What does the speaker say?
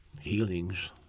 healings